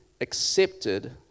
accepted